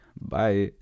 bye